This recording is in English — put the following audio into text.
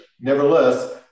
nevertheless